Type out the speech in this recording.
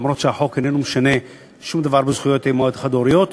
למרות שהחוק איננו משנה שום דבר בזכויות של אימהות חד-הוריות,